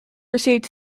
received